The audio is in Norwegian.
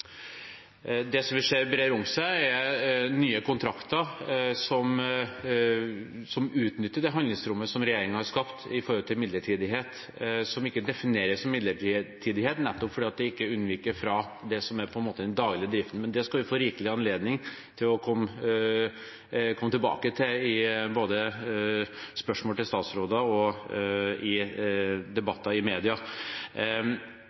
Det som vi ser brer om seg, er nye kontrakter som utnytter det handlingsrommet som regjeringen har skapt når det gjelder midlertidighet, som ikke defineres som midlertidighet, nettopp fordi det ikke avviker fra det som er den daglige driften. Det skal vi få rikelig anledning til å komme tilbake til, både i spørsmål til statsråder og i